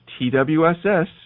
TWSS